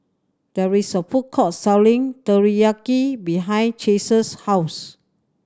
there is a food court selling Teriyaki behind Chase's house